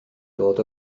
dod